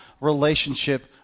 relationship